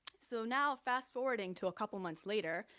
so now fast-forwarding to a couple months later,